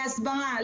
על הסברה,